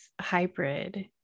hybrid